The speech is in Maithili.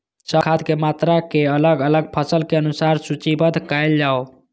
सब खाद के मात्रा के अलग अलग फसल के अनुसार सूचीबद्ध कायल जाओ?